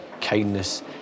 kindness